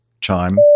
chime